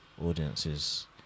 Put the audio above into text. audiences